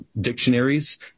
dictionaries